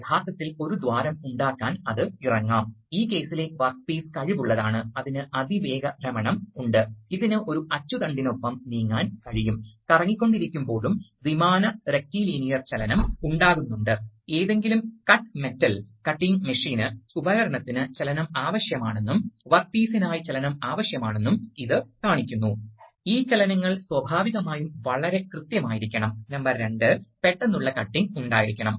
നേരത്തെ നിങ്ങൾ അത് അന്തരീക്ഷത്തിലേക്ക് വിടുകയാണെങ്കിൽ അതാണ് ഏറ്റവും നല്ലത് ഒരു ആക്യുവേറ്ററിലുടനീളമുള്ള സമ്മർദ്ദത്തിന്റെ അടിസ്ഥാനത്തിൽ അല്ലെങ്കിൽ ട്യൂബിംഗിലേക്ക് വായു ഓടിക്കുന്നതിന് വളരെയധികം സമ്മർദ്ദം ആവശ്യമില്ല എന്നതാകാം അതിനാൽ സിസ്റ്റത്തിന്റെ സമയ പ്രതികരണവും മെച്ചപ്പെടും